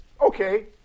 Okay